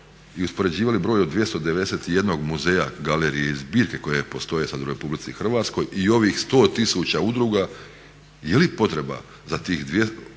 i uspoređivali broj od 291 muzeja, galerije i zbirke koje postoje sad u RH i ovih 100 tisuća udruga je li potreba za opstankom